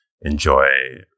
enjoy